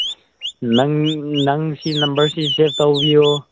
ꯅꯪ ꯅꯪ ꯁꯤꯅꯝꯕꯔꯁꯤ ꯁꯦꯞ ꯇꯧꯕꯤꯌꯣ